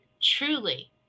truly